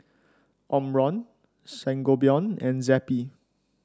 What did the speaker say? Omron Sangobion and Zappy